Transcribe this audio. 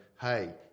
hey